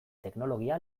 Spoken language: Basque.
teknologia